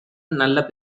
நல்ல